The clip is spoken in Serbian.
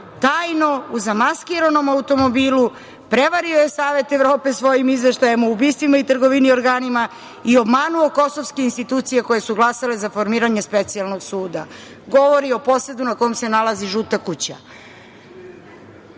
tajno, u zamaskiranom automobilu, prevario Savet Evrope svojim izveštajem o ubistvima i trgovini organima i obmanuo kosovske institucije koje su glasale za formiranje Specijalnog suda. Govori o posedu na kom se nalazi Žuta kuća.U